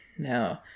No